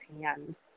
hand